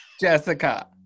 Jessica